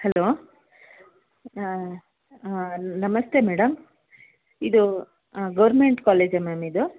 hello ಹಾಂ ನಮಸ್ತೆ madam ಇದು ಗೌರ್ಮೆಂಟ್ ಕಾಲೇಜಾ ಮ್ಯಾಮ್ ಇದು